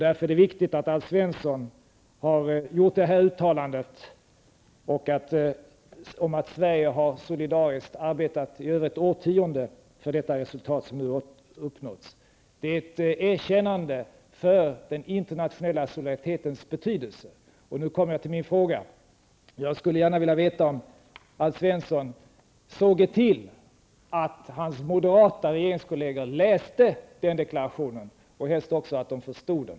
Därför är det viktigt att Alf Svensson har gjort det här uttalandet om att Sverige solidariskt har arbetat i mer än ett årtionde för detta resultat som nu har uppnåtts. Det är ett erkännande av den internationella solidaritetens betydelse. Nu kommer jag till min fråga. Jag skulle gärna vilja veta om Alf Svensson kunde se till att hans moderata regeringskolleger läste denna deklaration, och helst också att de förstod den.